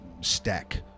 stack